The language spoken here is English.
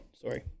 Sorry